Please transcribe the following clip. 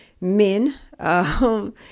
men